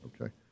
Okay